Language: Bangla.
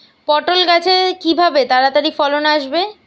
পটল গাছে কিভাবে তাড়াতাড়ি ফলন আসবে?